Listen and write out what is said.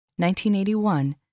1981